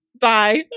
Bye